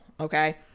okay